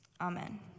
Amen